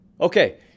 Okay